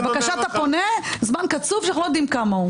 לבקשת הפונה, זמן קצוב שאנחנו לא יודעים כמה הוא.